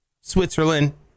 Switzerland